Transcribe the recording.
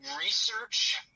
research